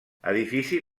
edifici